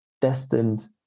destined